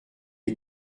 est